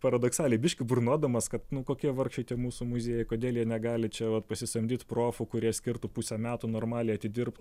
paradoksaliai biškį burnodamas kad nu kokie vargšai tie mūsų muziejai kodėl jie negali čia va pasisamdyt profų kurie skirtų pusę metų normaliai atidirbtų